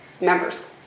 members